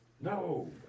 No